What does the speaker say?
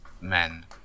men